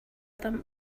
them